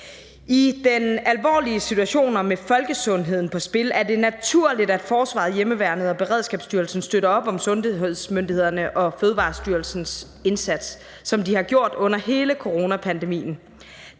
I den alvorlige situation og med folkesundheden på spil er det naturligt, at forsvaret, hjemmeværnet og Beredskabsstyrelsen støtter op om sundhedsmyndighedernes og Fødevarestyrelsens indsats, som de har gjort under hele coronapandemien.